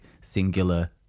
singular